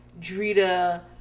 Drita